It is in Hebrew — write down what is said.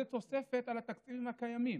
זה תוספת על התקציבים הקיימים.